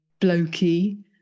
blokey